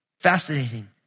Fascinating